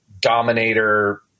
dominator